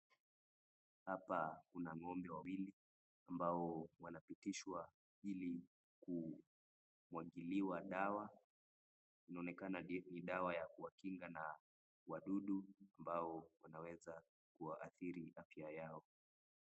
Hapa kuna ngombe wawili ambao wanapitishwa ili kumwagiliwa dawa . Inaonekana ni dawa ya kuwakinga wadudu ambao wanaweza kuwa athiri afya yao.